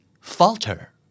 Falter